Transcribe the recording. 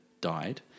died